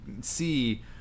see